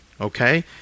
okay